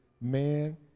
man